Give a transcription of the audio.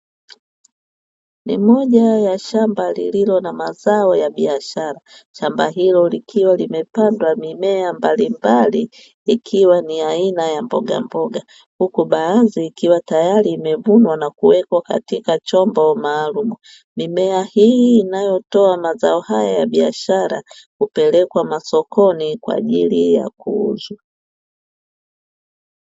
Ni moja ya shamba lililo na mazao ya biashara, shamba hilo likiwa limepandwa mimea mbali mbali ikiwa ni aina ya mboga mboga. Huku baadhi ikiwa tayari imevunwa na kuwekwa katika chombo maalumu. Mimea hii inayotoa mazao haya ya biashara hupelekwa masokoni kwa ajili ya kuuzwa.